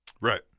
Right